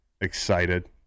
excited